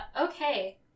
Okay